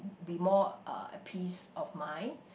be more uh at peace of mind